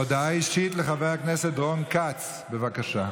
הודעה אישית לחבר הכנסת רון כץ, בבקשה.